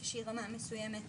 בתי חולים לא יכולים לעמוד בזה.